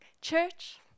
church